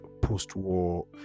post-war